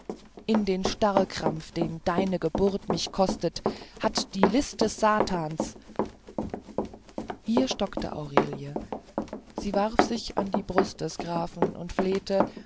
in dem starrkrampf den deine geburt mich kostet hat die list des satans hier stockte aurelie sie warf sich an des grafen brust und flehte